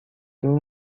too